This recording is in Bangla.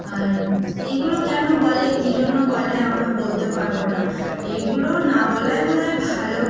আর এইগুলো কেন বলে কী জন্য বলে আমরা বলতে পারবো না এইগুলো না বলাই বোধহয় ভালো